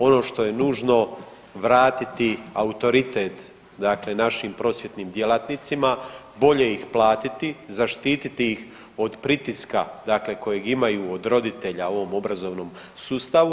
Ono što je nužno vratiti autoritet dakle našim prosvjetnim djelatnicima, bolje ih platiti, zaštititi ih od pritiska dakle kojeg imaju od roditelja u ovom obrazovnom sustavu.